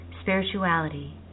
spirituality